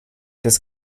des